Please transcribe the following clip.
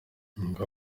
ngo